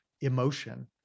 emotion